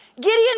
Gideon